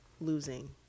losing